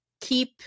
keep